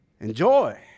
Enjoy